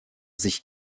sich